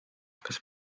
kas